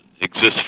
exists